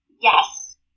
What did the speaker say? Yes